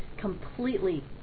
completely